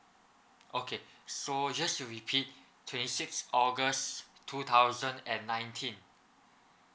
okay so just to repeat twenty sixth august two thousand and nineteen